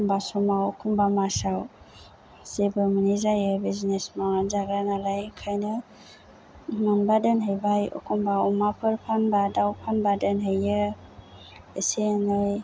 एखनबा समाव एखनबा मासाव जेबो मोनै जायो बिजिनेस मावनानै जाग्रा नालाय ओंखायनो मोनबा दोनहैबाय एखमबा अमाफोर फानबा दाव फानबा दोनहैयो एसे एनै